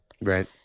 Right